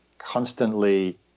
constantly